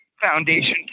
foundation